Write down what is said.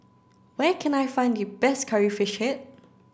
where can I find the best curry fish head